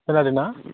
खोनादोंना